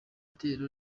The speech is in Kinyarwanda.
itorero